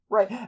Right